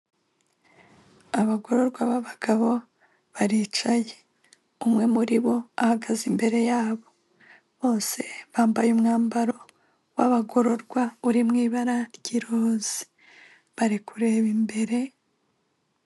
Abagororwa b'abagabo baricaye. Umwe muri bo ahagaze imbere yabo. Bose bambaye umwambaro w'abagororwa uri mu ibara ry'iroza. Bari kureba imbere...